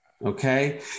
Okay